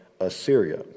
Assyria